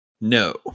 No